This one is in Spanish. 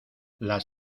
las